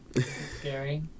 scary